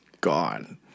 gone